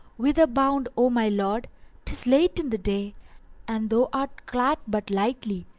whither bound, o my lord tis late in the day and thou art clad but lightly,